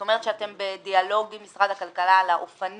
את אומרת שאתם בדיאלוג עם משרד הכלכלה על האופנים